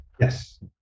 Yes